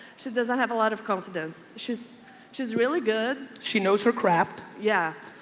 she doesn't have a lot of confidence. she's she's really good. she knows her craft. yeah.